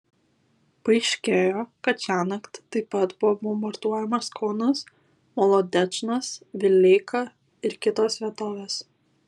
paaiškėjo kad šiąnakt taip pat buvo bombarduojamas kaunas molodečnas vileika ir kitos vietovės